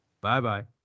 Bye-bye